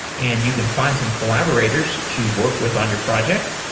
and you can find some collaborators to work with on your project.